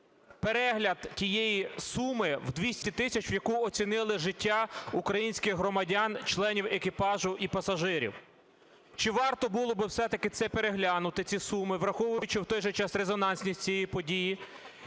перегляд тієї суми в 200 тисяч, в яку оцінили життя українських громадян, членів екіпажу і пасажирів? Чи варто було би все-таки це переглянути ці суми, враховуючи в той же час резонансність цієї події?